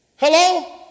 Hello